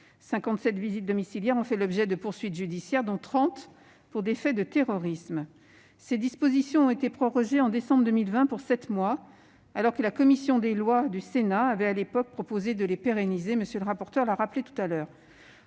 57 visites domiciliaires ont fait l'objet de poursuites judiciaires, dont 30 pour des faits de terrorisme. Ces dispositions ont été prorogées en décembre 2020 pour sept mois, alors que la commission des lois du Sénat avait, à l'époque, proposé de les pérenniser, comme M. le rapporteur l'a rappelé. Aussi, nous